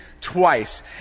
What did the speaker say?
twice